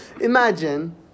imagine